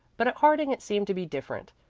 but at harding it seemed to be different.